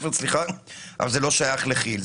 זה לא שייך לכי"ל.